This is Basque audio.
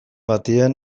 batean